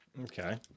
Okay